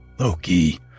Loki